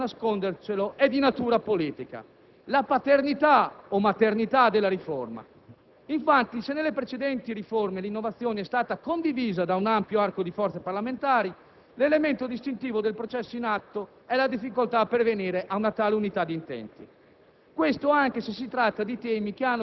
Il principale rischio, non possiamo nascondercelo, è di natura politica: la paternità (o maternità) della riforma. Infatti, se nelle precedenti riforme l'innovazione è stata condivisa da un ampio arco di forze parlamentari, l'elemento distintivo del processo in atto è la difficoltà a pervenire ad una tale unità di intenti,